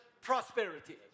prosperity